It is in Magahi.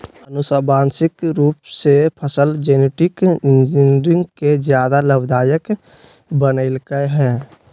आनुवांशिक रूप से फसल जेनेटिक इंजीनियरिंग के ज्यादा लाभदायक बनैयलकय हें